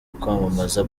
kwamamaza